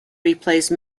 replace